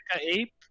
Ape